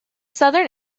southern